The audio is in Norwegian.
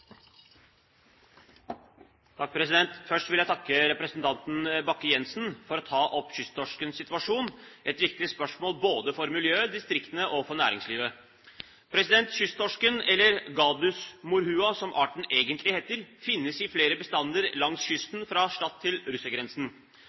opp kysttorskens situasjon, et viktig spørsmål både for miljøet, distriktene og for næringslivet. Kysttorsken, eller Gadus morhua som arten egentlig heter, finnes i flere bestander langs